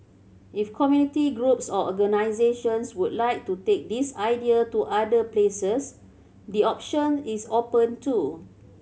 if community groups or organisations would like to take this idea to other places the option is open too